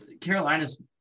Carolina's